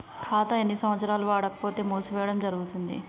ఖాతా ఎన్ని సంవత్సరాలు వాడకపోతే మూసివేయడం జరుగుతుంది?